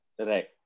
right